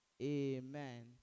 Amen